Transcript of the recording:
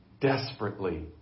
desperately